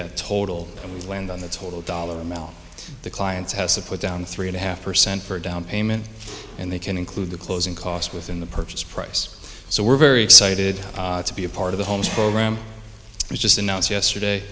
that total and we land on the total dollar amount the clients has to put down three and a half percent for a down payment and they can include the closing cost within the purchase price so we're very excited to be a part of the homes program we just announced yesterday